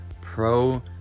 Pro